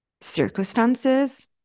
circumstances